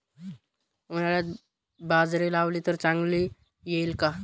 उन्हाळ्यात बाजरी लावली तर चांगली येईल का?